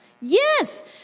Yes